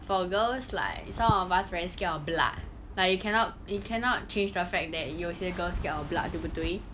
for girls like some of us very scared of blood like you cannot you cannot change the fact that 有些 girls scared of blood 对不对